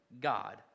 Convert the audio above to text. God